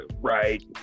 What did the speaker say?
Right